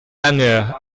lange